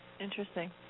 Interesting